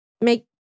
make